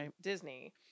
Disney